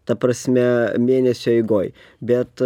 ta prasme mėnesio eigoj bet